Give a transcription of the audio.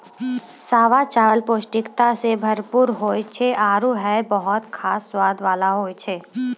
सावा चावल पौष्टिकता सें भरपूर होय छै आरु हय बहुत खास स्वाद वाला होय छै